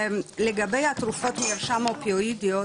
לגבי התרופות מרשם אופיואידיות,